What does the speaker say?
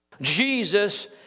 Jesus